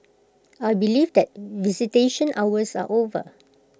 I believe that visitation hours are over